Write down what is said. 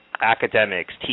academics